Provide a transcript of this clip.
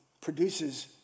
produces